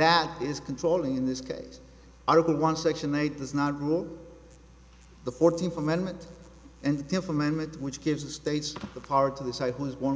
that is controlling in this case article one section eight does not rule the fourteenth amendment and defamation with which gives the states the power to decide who is one